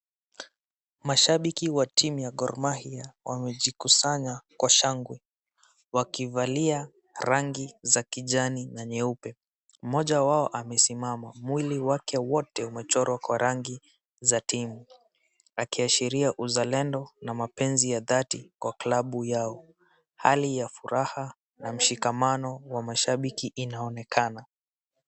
Mashabiki wa team ya Gor Mahia wamejikusanya kwa shagwe wakivalia rangi za kijani na nyeupe. Mmoja wao amesimama mwili wake wote umechorwa kwa rangi za timu akiashiria uzalendo na mapenzi ya dhati kwa klabu yao. Hali ya furaha na mshikamano wa mashabiki inaonekana.